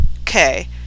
Okay